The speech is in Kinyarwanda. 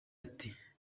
ati